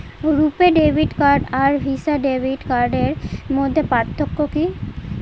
রূপে debit card আর Visa debit কার্ডের মধ্যে পার্থক্য কি?